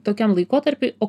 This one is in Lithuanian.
tokiam laikotarpiui o